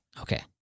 Okay